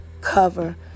cover